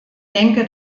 denke